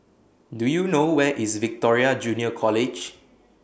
Do YOU know Where IS Victoria Junior College